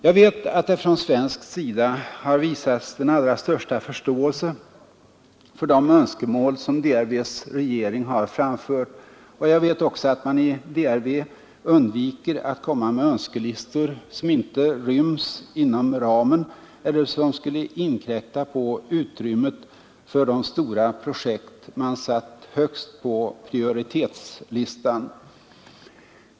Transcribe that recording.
Jag vet att det från svensk sida har visats den allra största förståelse för de önskemål som DRV:s regering har framfört. Jag vet också att man i DRV undviker att komma med önskelistor som inte ryms inom ramen eller som skulle inkräkta på utrymmet för de stora projekt man satt högst på prioritetslistan.